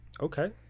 Okay